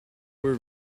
were